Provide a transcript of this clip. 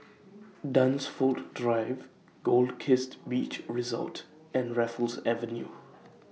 Dunsfold Drive Goldkist Beach Resort and Raffles Avenue